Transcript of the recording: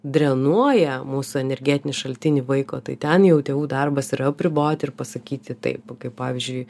drenuoja mūsų energetinį šaltinį vaiko tai ten jau tėvų darbas yra apriboti ir pasakyti taip kaip pavyzdžiui